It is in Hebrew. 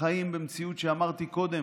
חיים במציאות שבה, אמרתי קודם,